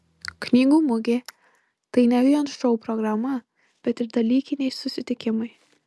knygų mugė tai ne vien šou programa bet ir dalykiniai susitikimai